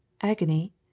agony